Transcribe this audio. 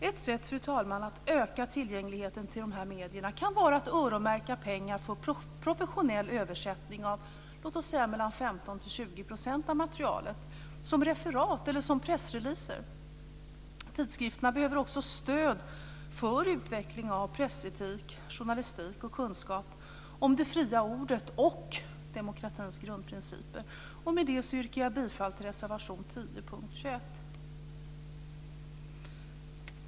Ett sätt, fru talman, att öka tillgängligheten till dessa medier kan vara att öronmärka pengar för professionell översättning av låt oss säga mellan 15 och 20 % av materialet som referat eller som pressreleaser. Tidskrifterna behöver också stöd för utveckling av pressetik och journalistik och kunskap om det fria ordet och demokratins grundprinciper. Med det yrkar jag bifall till reservation 10 under punkt 21.